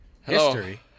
History